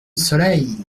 soleil